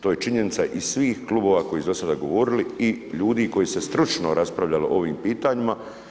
To je činjenica iz svih klubova koji su dosada govorili i ljudi koji su stručno raspravljali o ovim pitanjima.